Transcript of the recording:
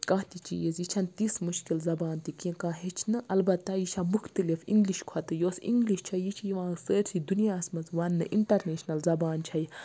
کانٛہہ تہِ چیٖز یہِ چھَنہٕ تِژھ مُشکِل زَبان تہِ کینٛہہ کانٛہہ ہیٚچھنہٕ اَلبَتہ یہِ چھےٚ مُختَلِف اِنٛگلِش کھۄتہٕ یۄس اِنٛگلِش چھےٚ یہِ چھِ یِوان سٲرسٕے دُنیاہَس مَنٛز وَننہٕ اِنٹَرنیشنَل زَبان چھےٚ یہِ